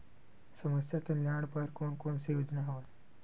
समस्या कल्याण बर कोन कोन से योजना हवय?